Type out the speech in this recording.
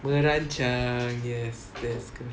merancang yes that's good